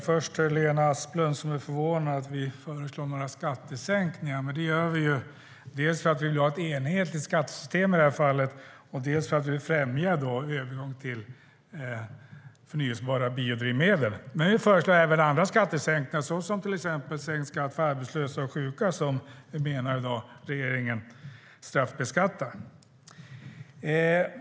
Herr talman! Lena Asplund är förvånad över att vi föreslår några skattesänkningar. Det gör vi dels för att vi vill ha ett enhetligt skattesystem i det här fallet, dels för att främja en övergång till förnybara biodrivmedel. Nu föreslår jag dock även andra skattesänkningar, till exempel sänkt skatt för arbetslösa och sjuka som vi menar att regeringen i dag straffbeskattar.